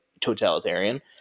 totalitarian